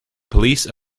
police